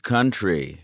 Country